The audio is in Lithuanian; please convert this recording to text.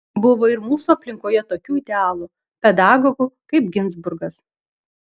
buvo ir mūsų aplinkoje tokių idealų pedagogų kaip ginzburgas